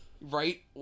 Right